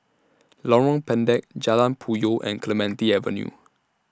Lorong Pendek Jalan Puyoh and Clementi Avenue